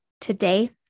today